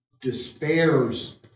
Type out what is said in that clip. despairs